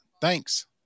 Thanks